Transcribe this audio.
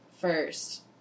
first